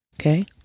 Okay